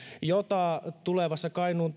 jota tulevassa kainuun